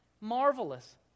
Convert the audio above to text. marvelous